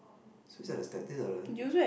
so it's like the stat this are the